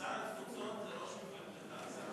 זוג עם ילדים רבים,